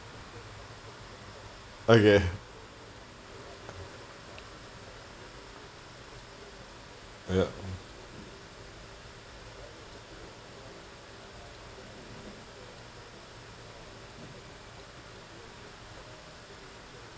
okay oh ya